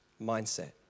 mindset